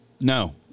No